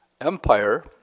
empire